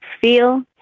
feel